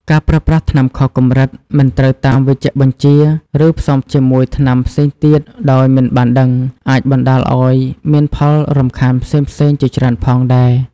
ការប្រើប្រាស់ថ្នាំខុសកម្រិត មិនត្រូវតាមវេជ្ជបញ្ជា ឬផ្សំជាមួយថ្នាំផ្សេងទៀតដោយមិនបានដឹង អាចបណ្ដាលឱ្យមានផលរំខានផ្សេងៗជាច្រើនផងដែរ។